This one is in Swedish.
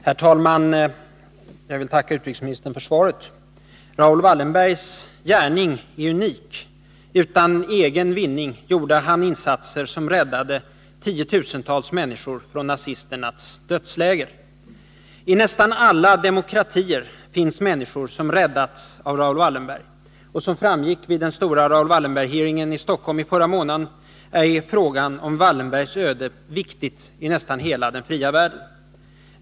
Herr talman! Jag vill tacka utrikesministern för svaret. Raoul Wallenbergs gärning är unik. Utan egen vinning gjorde han insatser som räddade tiotusentals människor från nazisternas dödsläger. I nästan alla demokratier finns människor som räddats av Raoul Wallenberg. Som framgick vid den stora Raoul Wallenberg-hearingen i Stockholm i förra månaden är frågan om Wallenbergs öde viktig i nästan hela den fria världen.